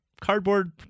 cardboard